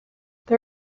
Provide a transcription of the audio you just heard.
they